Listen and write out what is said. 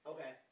Okay